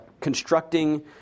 constructing